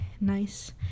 nice